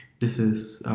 this is